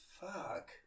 fuck